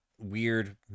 weird